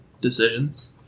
decisions